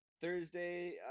Thursday